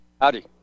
Howdy